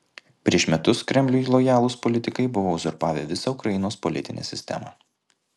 prieš metus kremliui lojalūs politikai buvo uzurpavę visą ukrainos politinę sistemą